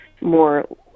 more